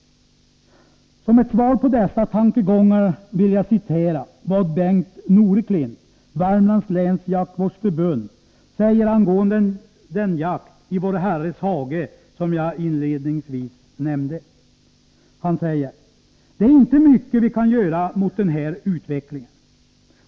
Som ett svar på dessa tankegångar vill jag citera vad Bengt Noreklint, Värmlands läns jaktvårdsförbund, säger angående den jakt i vår Herres hage som jag inledningsvis nämnde. Han säger: ”Det är inte mycket vi kan göra mot den här utvecklingen.